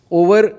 over